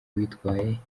witwaye